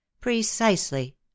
Precisely